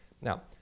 Now